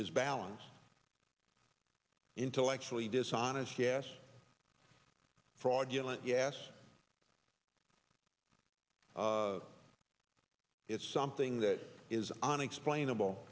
is balanced intellectually dishonest yes fraudulent yes it's something that is unexplainable